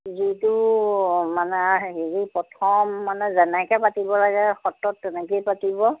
যিটো মানে হেৰি প্ৰথম মানে যেনেকৈ পাতিব লাগে সত্ৰত তেনেকৈয়ে পাতিব